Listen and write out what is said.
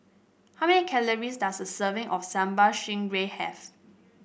how many calories does a serving of Sambal Stingray have